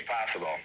possible